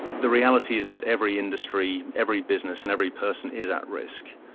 the reality is that every industry, every business and every person is at risk,